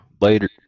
Later